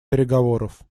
переговоров